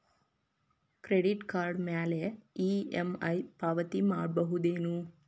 Credit card ಮ್ಯಾಲೆ EMI ಪಾವತಿ ಮಾಡ್ಬಹುದೇನು?